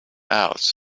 else